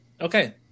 Okay